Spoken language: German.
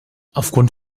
aufgrund